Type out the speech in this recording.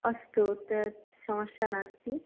अस्तु तत् समस्या नास्ति